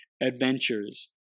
adventures